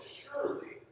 surely